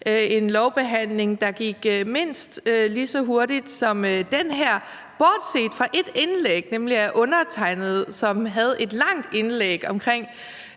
en lovbehandling, der gik mindst lige så hurtigt som den her, bortset fra et indlæg af undertegnede, som havde et langt indlæg om